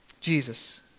Jesus